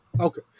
Okay